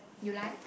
you like